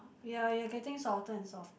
ya you're getting softer and softer